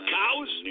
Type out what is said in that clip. cows